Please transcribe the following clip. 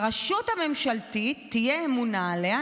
שהרשות הממשלתית תהיה אמונה עליה,